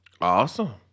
Awesome